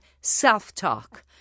self-talk